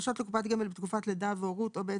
הפרשות לקופת גמל בתקופת לידה והורות או בעת